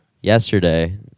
yesterday